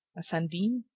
a sun-beam,